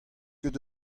ket